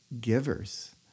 givers